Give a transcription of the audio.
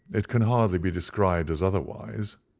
it can hardly be described as otherwise,